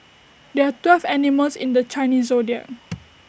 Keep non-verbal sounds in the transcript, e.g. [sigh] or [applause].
there are twelve animals in the Chinese Zodiac [noise]